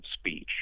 speech